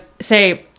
say